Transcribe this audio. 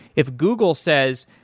if google says,